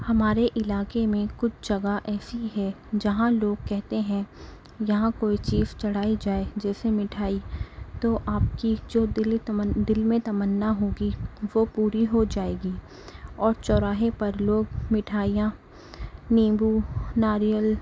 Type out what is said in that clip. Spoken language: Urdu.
ہمارے علاقے میں کچھ جگہ ایسی ہے جہاں لوگ کہتے ہیں یہاں کوئی چیز چڑھائی جائے جیسے مٹھائی تو آپ کی جو دلی تمنا دل میں تمنا ہوگی وہ پوری ہو جائے گی اور چوراہے پر لوگ مٹھائیاں نیبو ناریل